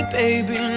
baby